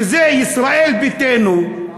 שזה ישראל ביתנו,